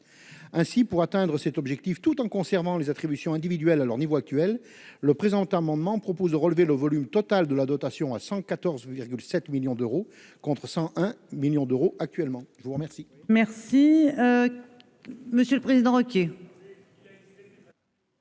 DPEL. Pour atteindre cet objectif, tout en conservant les attributions individuelles à leur niveau actuel, nous proposons de relever le volume total de la dotation à 114,7 millions d'euros, contre 101 millions d'euros actuellement. La parole